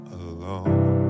alone